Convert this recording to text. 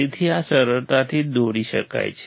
તેથી આ સરળતાથી દોરી શકાય છે